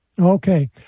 Okay